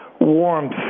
warmth